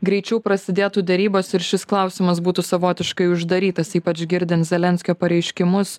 greičiau prasidėtų derybos ir šis klausimas būtų savotiškai uždarytas ypač girdint zelenskio pareiškimus